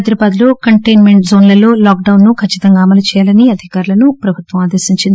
హైదరాబాద్ లో కంటైన్మెంట్ జోన్లలో lock down ఖచ్చితంగా అమలు చేయాలని అధికారులను ప్రభుత్వం ఆదేశించింది